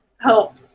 help